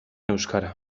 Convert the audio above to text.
euskara